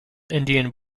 indian